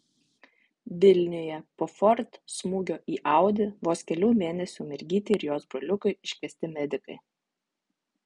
vilniuje po ford smūgio į audi vos kelių mėnesių mergytei ir jos broliukui iškviesti medikai